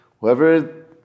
Whoever